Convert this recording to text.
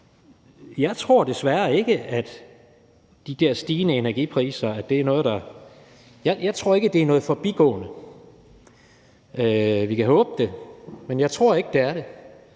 Jeg tror desværre ikke, at de der stigende energipriser er noget forbigående. Vi kan håbe det, men jeg tror ikke, det er det.